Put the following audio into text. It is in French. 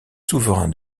souverain